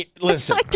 Listen